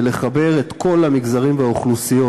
ולחבר את כל המגזרים והאוכלוסיות,